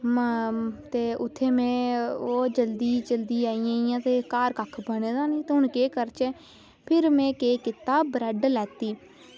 ते उत्थें में ओह् जल्दी जल्दी आइयां हियां ते घर में बने दा निं ते केह् करचै ते फिर में केह् कीता ब्रेड लैती